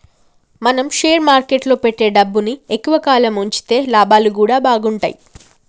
మనం షేర్ మార్కెట్టులో పెట్టే డబ్బుని ఎక్కువ కాలం వుంచితే లాభాలు గూడా బాగుంటయ్